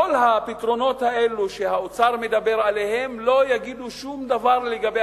כל הפתרונות האלה שהאוצר מדבר עליהם לא יגידו שום דבר לגבי